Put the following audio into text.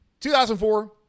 2004